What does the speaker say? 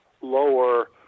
lower